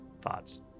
Thoughts